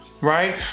right